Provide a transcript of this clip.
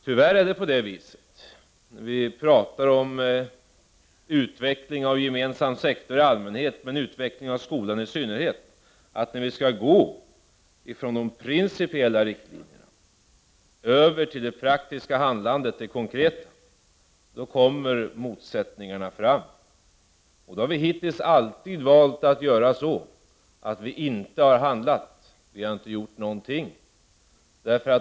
Tyvärr är det på det viset — vi talar om utvecklingen av den gemensamma sektorn i allmänhet men när det gäller skolan talar vi om utvecklingen i synnerhet — att när vi skall gå över från de principiella riktlinjerna till det praktiska, konkreta, handlandet kommer motsättningarna fram. Då har vi hittills alltid valt att inte handla, att inte göra någonting.